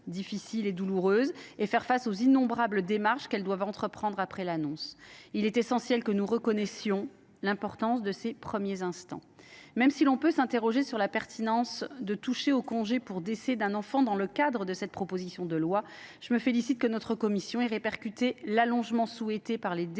la douloureuse information et faire face aux innombrables démarches qu’elles doivent entreprendre après l’annonce. Il est essentiel que nous reconnaissions l’importance de ces premiers instants. Même si l’on peut se demander s’il est bien pertinent de toucher au congé pour décès d’un enfant dans le cadre de cette proposition de loi, je me félicite que notre commission ait répercuté l’allongement souhaité par les députés